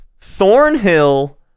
Thornhill